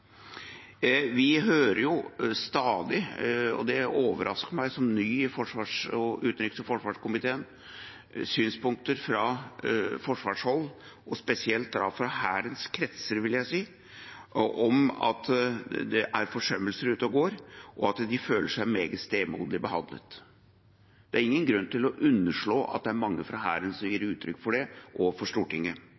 Vi hører stadig, og det overrasker meg som ny i utenriks- og forsvarskomiteen, synspunkter fra forsvarshold, og spesielt fra Hærens kretser, vil jeg si, om at det er forsømmelser ute og går, og at de føler seg meget stemoderlig behandlet. Det er ingen grunn til å underslå at det er mange fra Hæren som gir